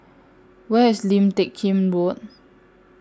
Where IS Lim Teck Kim Road